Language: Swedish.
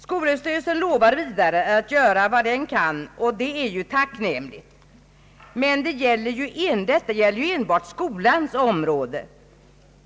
Skolöverstyrelsen lovar vidare att göra vad den kan, och det är tacknämligt. Men detta gäller ju enbart skolans område.